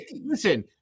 Listen